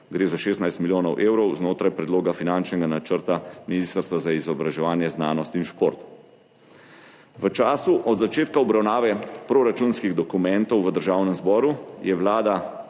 Gre za 16 milijonov evrov znotraj predloga finančnega načrta Ministrstva za izobraževanje, znanost in šport. V času od začetka obravnave proračunskih dokumentov v Državnem zboru je Vlada